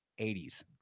80s